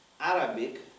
Arabic